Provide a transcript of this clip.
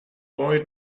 boy